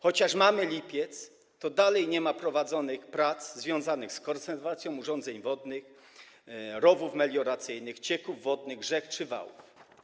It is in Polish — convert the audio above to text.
Chociaż mamy lipiec, to dalej nie ma prowadzonych prac związanych z konserwacją urządzeń wodnych, rowów melioracyjnych, cieków wodnych, rzek czy wałów.